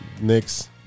Knicks